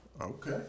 Okay